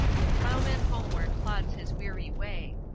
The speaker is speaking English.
the ploughman homeward plods his weary way